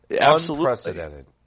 unprecedented